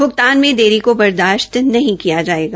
भुगतान में देरी को बर्दाश्त नहीं किया जाएगा